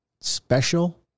special